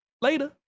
Later